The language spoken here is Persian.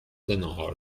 ناهار